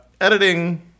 editing